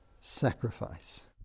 sacrifice